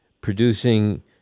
producing